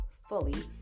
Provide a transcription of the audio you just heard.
fully